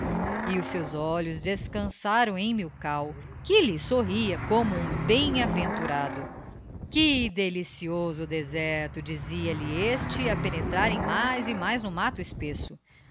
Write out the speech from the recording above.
e os seus olhos descançaram em milkau que lhe sorria como um bemaventurado que delicioso deserto dizia-lhe este ao penetrarem mais e mais no matto espesso